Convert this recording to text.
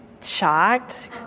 Shocked